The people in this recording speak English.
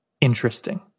interesting